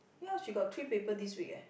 ya she got three paper this week eh